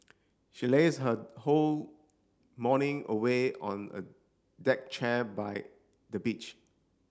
she lazed her whole morning away on a deck chair by the beach